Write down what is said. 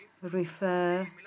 refer